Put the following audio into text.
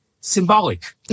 symbolic